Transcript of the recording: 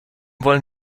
wollen